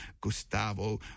Gustavo